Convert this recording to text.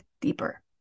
deeper